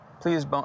Please